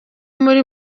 muri